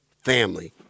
family